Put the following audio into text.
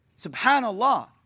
SubhanAllah